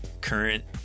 current